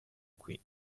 qui